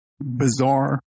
bizarre